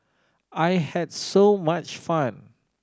I had so much fun